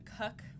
cook